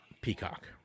Peacock